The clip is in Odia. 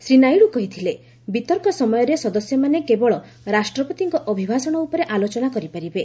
ଶ୍ରୀ ନାଇଡୁ କହିଥିଲେ ବିତର୍କ ସମୟରେ ସଦସ୍ୟମାନେ କେବଳ ରାଷ୍ଟ୍ରପତିଙ୍କ ଅଭିଭାଷଣ ଉପରେ ଆଲୋଚନା କରିପାରିବେ